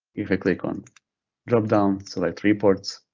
if i click on drop-down, select reports,